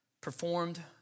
performed